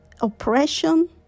oppression